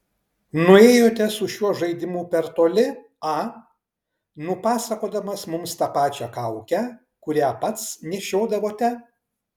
nuėjote su šiuo žaidimu per toli a nupasakodamas mums tą pačią kaukę kurią pats nešiodavote